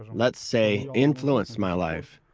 let's say, influenced my life,